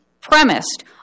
premised